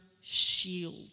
shield